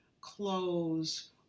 clothes